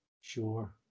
Sure